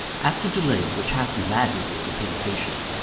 after delays which half maddened me with impatience,